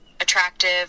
attractive